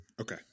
okay